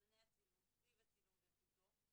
זמני הצילום טיב הצילום ואיכותו,